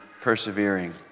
persevering